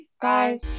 Bye